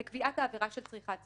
בקביעת העבירה של צריכת זנות.